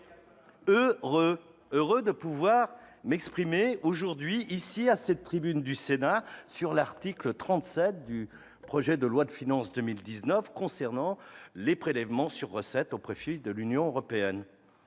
Je suis heureux de pouvoir m'exprimer aujourd'hui, à la tribune du Sénat, sur l'article 37 de ce PLF pour 2019 concernant le prélèvement sur recettes au profit de l'Union européenne.